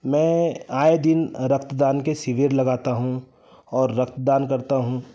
मैं आए दिन रक्तदान के शिविर लगाता हूँ और रक्तदान करता हूँ